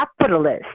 capitalist